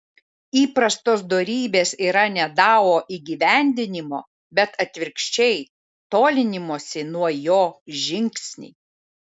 įprastos dorybės yra ne dao įgyvendinimo bet atvirkščiai tolinimosi nuo jo žingsniai